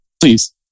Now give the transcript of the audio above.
Please